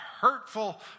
hurtful